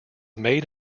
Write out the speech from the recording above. made